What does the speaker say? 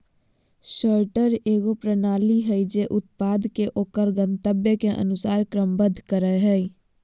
sorter एगो प्रणाली हइ जे उत्पाद के ओकर गंतव्य के अनुसार क्रमबद्ध करय हइ